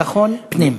ביטחון פנים.